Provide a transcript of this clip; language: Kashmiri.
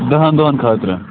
دَہَن دۄہَن خٲطرٕ